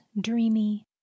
dreamy